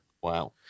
Wow